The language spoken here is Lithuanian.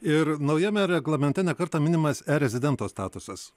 ir naujame reglamente ne kartą minimas erezidento statusas